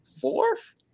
fourth